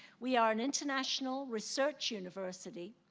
we are an international research university,